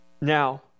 Now